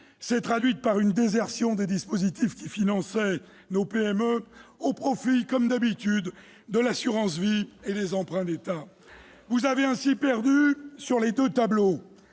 s'est traduite par une désertion des dispositifs qui finançaient nos PME, au profit, comme d'habitude, de l'assurance vie et des emprunts d'État. Vous avez ainsi perdu sur les deux tableaux